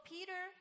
Peter